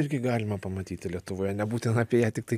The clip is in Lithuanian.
irgi galima pamatyti lietuvoje nebūtina apie ją tiktai